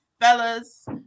fellas